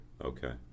Okay